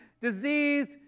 diseased